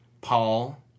Paul